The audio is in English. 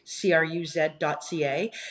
cruz.ca